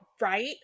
right